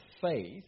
faith